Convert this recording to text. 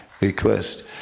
request